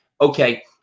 okay